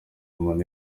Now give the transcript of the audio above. umuntu